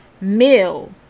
meal